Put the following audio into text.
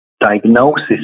diagnosis